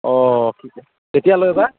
অ' ঠিক আছে কেতিয়ালৈ বা